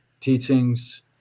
teachings